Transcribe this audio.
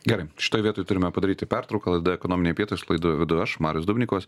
gerai šitoj vietoj turime padaryti pertrauką laida ekonominiai pietūs laidą vedu aš marius dubnikovas